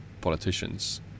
politicians